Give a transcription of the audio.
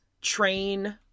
train